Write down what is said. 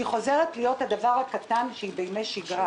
היא חוזרת להיות הדבר הקטן שהיא בימי שגרה.